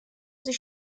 sie